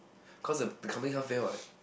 cause the becoming fail what